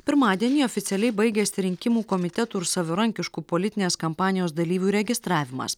pirmadienį oficialiai baigėsi rinkimų komitetų ir savarankiškų politinės kampanijos dalyvių registravimas